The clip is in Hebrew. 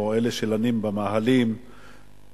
או אלה שלנים במאהלים בבאר-שבע,